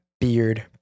beard